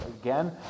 again